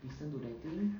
listen to that thing